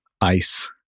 ice